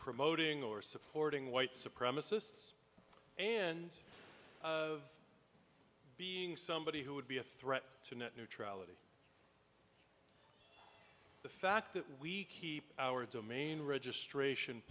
promoting or supporting white supremacists and of being somebody who would be a threat to net neutrality the fact that we keep our domain registration